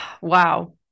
Wow